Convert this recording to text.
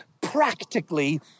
practically